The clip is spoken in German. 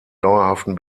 dauerhaften